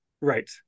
Right